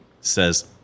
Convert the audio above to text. says